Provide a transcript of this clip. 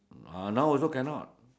now also cannot